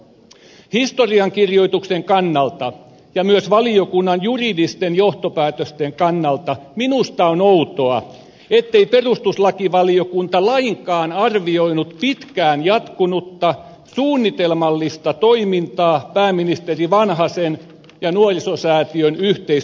historiankirjoituksen kannalta ja myös valiokunnan juridisten johtopäätösten kannalta minusta on outoa ettei perustuslakivaliokunta lainkaan arvioinut pitkään jatkunutta suunnitelmallista toimintaa pääministeri vanhasen ja nuorisosäätiön yhteistyökuvioissa